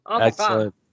Excellent